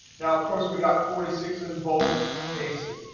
now of course, we got forty six in both cases.